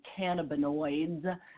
cannabinoids